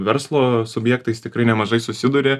verslo subjektais tikrai nemažai susiduri